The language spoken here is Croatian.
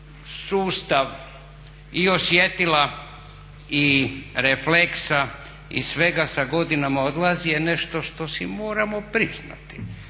sustav i osjetila i refleksa i svega sa godinama odlazi je nešto što si moramo priznati.